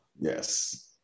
Yes